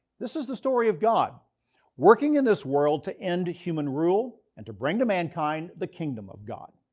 this is the story of god working in this world to end human rule and to bring to mankind the kingdom of god.